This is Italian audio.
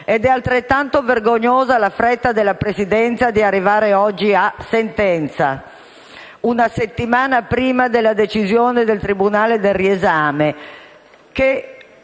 ed è altrettanto vergognosa la fretta della Presidenza di arrivare oggi a sentenza, una settimana prima della decisione del Tribunale per il riesame,